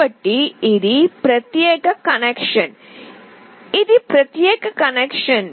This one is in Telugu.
కాబట్టి ఇది ప్రత్యేక కనెక్షన్ ఇది ప్రత్యేక కనెక్షన్